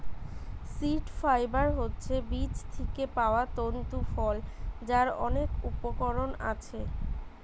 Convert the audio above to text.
seed fibre হচ্ছে বীজ থিকে পায়া তন্তু ফল যার অনেক উপকরণ আছে